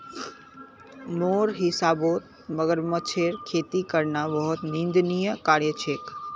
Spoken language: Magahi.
मोर हिसाबौत मगरमच्छेर खेती करना बहुत निंदनीय कार्य छेक